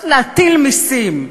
להטיל מסים.